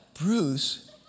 Bruce